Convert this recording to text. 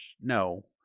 No